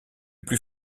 plus